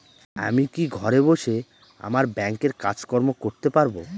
আমি কি ঘরে বসে আমার ব্যাংকের কাজকর্ম করতে পারব?